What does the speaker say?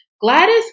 Gladys